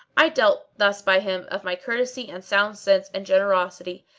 i dealt thus by him of my courtesy and sound sense and generosity.